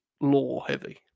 law-heavy